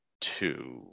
two